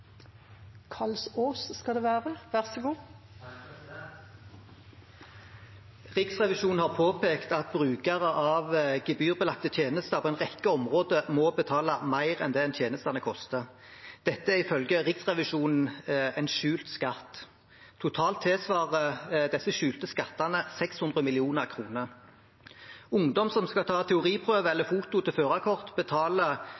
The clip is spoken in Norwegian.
Riksrevisjonen har påpekt at brukere av gebyrbelagte tjenester på en rekke områder må betale mer enn det tjenestene koster. Dette er ifølge Riksrevisjonen en skjult skatt. Totalt tilsvarer disse skjulte skattene 600 mill. kr. Ungdom som skal ta